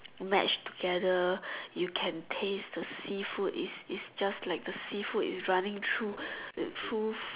match together you can taste the seafood is is just like the seafood is running through through